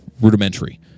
rudimentary